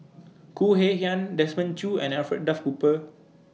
Khoo Kay Hian Desmond Choo and Alfred Duff Cooper